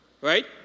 right